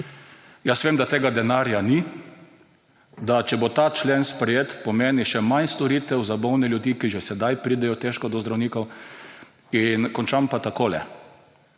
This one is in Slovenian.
jaz vem, da tega denarja ni, da če bo ta člen sprejet pomeni še manj storitev za bolne ljudi, ki že sedaj pridejo težko do zdravnikov. Končam pa takole.